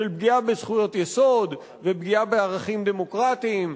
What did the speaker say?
של פגיעה בזכויות יסוד ופגיעה בערכים דמוקרטיים,